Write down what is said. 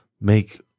make